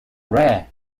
rare